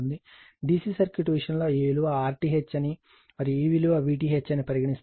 D C circuit విషయంలో ఈ విలువ RTh అని మరియు ఈ విలువ VTh అని పరిగణిస్తారు